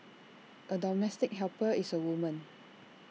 A domestic helper is A woman